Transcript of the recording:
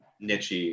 niche